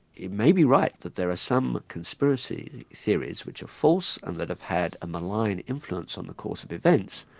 it may be right that there are some conspiracy theories which are false and that have had a malign influence on the course of events,